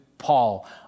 Paul